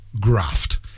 graft